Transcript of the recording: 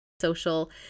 social